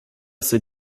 sind